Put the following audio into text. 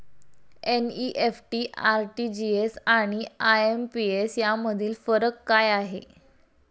NEFT, RTGS आणि IMPS यामधील फरक काय आहे?